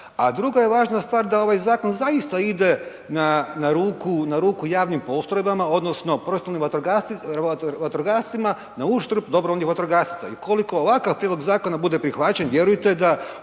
A druga je važna stvar da ovaj zakon zaista ide na ruku javnim postrojbama, odnosno profesionalnim vatrogascima na uštrb dobrovoljnih vatrogasaca. I ukoliko ovakav prijedlog zakona bude prihvaćen vjerujte da